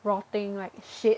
rotting like shit